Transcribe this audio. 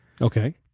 Okay